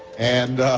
and, ah,